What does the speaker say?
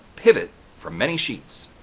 pivot from many sheets.